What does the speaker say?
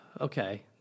Okay